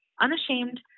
unashamed